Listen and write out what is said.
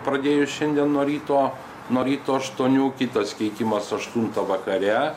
pradėjo šiandien nuo ryto nuo ryto aštuonių kitas keitimas aštuntą vakare